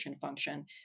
function